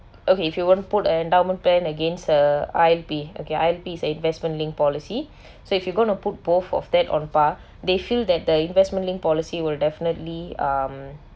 okay if you won't put an endowment plan against uh I_L_P okay I_L_P is investment linked policy so if you going to put both of them on par they feel that the investment linked policy will definitely um